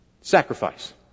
Sacrifice